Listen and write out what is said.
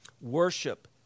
Worship